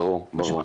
ברור.